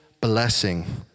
blessing